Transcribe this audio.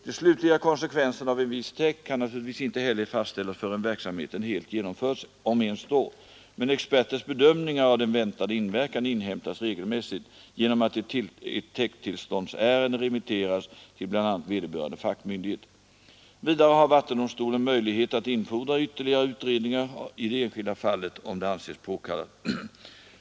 De slutliga konsekvenserna av en viss täkt kan naturligtvis inte heller fastställas förrän verksamheten helt genomförts — om ens då — men experters bedömningar av den väntade inverkan inhämtas regelmässigt genom att ett täkttillståndsärende remitteras till bl.a. vederbörande fackmyndigheter. Vidare har vattendomstolen möjlighet att infordra ytterligare utredningar i det enskilda fallet om det anses påkallat.